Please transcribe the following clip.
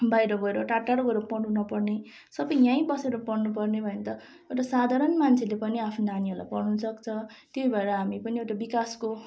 बाहिर गएर टाढटाढो गएर पढ्नु नपर्ने सबै यहीँ बसेर पढ्नुपर्ने भयो भने त साधारण मान्छेले पनि आफ्नो नानीहरूलाई पढाउनु सक्छ त्यहीँ भएर हामी पनि एउटा विकासको